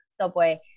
Subway